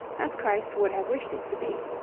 as christ would have wished it to be.